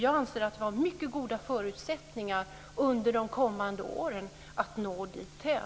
Jag anser att vi har mycket goda förutsättningar under de kommande åren att nå dithän.